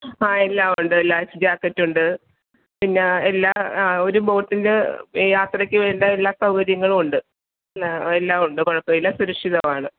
ആ എല്ലാമുണ്ട് life jacket ഉണ്ട് പിന്നെ എല്ലാ ആ ഒരു ബോട്ടിലെ യാത്രയ്ക്ക് വേണ്ട എല്ലാ സൗകര്യങ്ങളുമുണ്ട് ആ എല്ലാം ഉണ്ട് കുഴപ്പമില്ല സുരക്ഷിതമാണ്